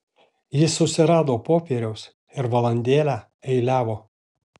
jis susirado popieriaus ir valandėlę eiliavo